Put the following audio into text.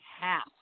half